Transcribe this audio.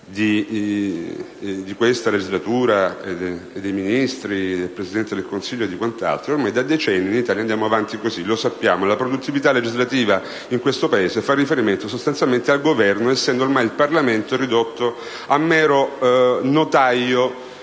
in questa legislatura dei Ministri, del Presidente del Consiglio e quant'altro, da decenni andiamo avanti. Lo sappiamo: la produzione legislativa in questo Paese fa riferimento sostanzialmente al Governo, essendo ormai il Parlamento ridotto a mero notaio